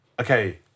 okay